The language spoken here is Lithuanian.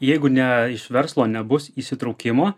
jeigu ne iš verslo nebus įsitraukimo